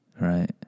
right